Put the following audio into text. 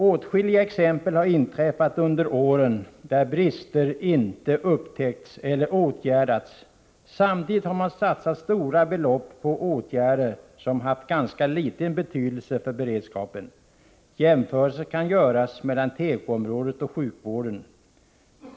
Åtskilliga exempel har inträffat under åren där brister inte upptäckts eller åtgärdats, samtidigt som man satsat stora belopp på åtgärder, som haft ganska liten betydelse för beredskapen. Jämförelse kan göras mellan tekoområdet och sjukvården.